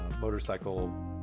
motorcycle